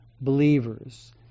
believers